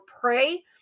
pray